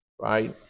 Right